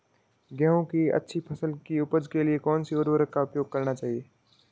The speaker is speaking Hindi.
गेहूँ की अच्छी फसल की उपज के लिए कौनसी उर्वरक का प्रयोग करना चाहिए?